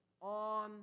on